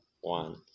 one